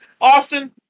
Austin